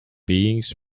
beings